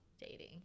dating